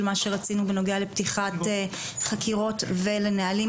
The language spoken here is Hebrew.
מה שרצינו בנוגע לפתיחת חקירות ולנהלים.